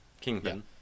Kingpin